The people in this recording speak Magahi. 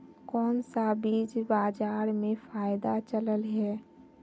कोन सा बीज बाजार में ज्यादा चलल है?